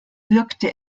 wirkte